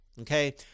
okay